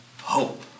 hope